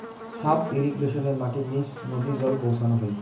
sub ইর্রিগেশনে মাটির নিচ নদী জল পৌঁছানো হই